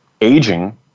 aging